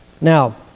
Now